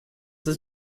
his